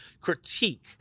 critique